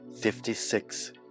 fifty-six